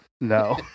No